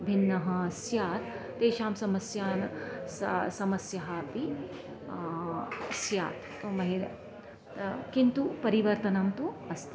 भिन्नः स्यात् तेषां समस्यान् सा समस्याः अपि स्यात् महिलानां किन्तु परिवर्तनं तु अस्ति